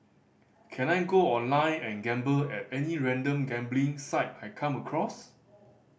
can I go online and gamble at any random gambling site I come across